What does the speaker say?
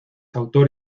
autor